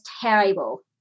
terrible